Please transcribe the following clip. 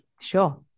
Sure